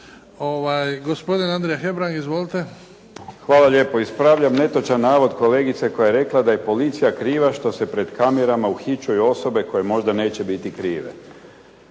Hvala lijepa. Ispravljam netočan navod kolegice koja je rekla da je policija kriva što se pred kamerama uhićuju osobe koje možda neće biti krive.